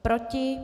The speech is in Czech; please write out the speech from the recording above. Proti?